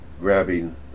grabbing